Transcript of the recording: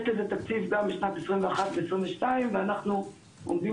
יש לזה תקציב גם בשנת 2021-2022 ואנחנו עומדים